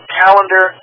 calendar